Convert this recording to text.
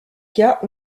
cas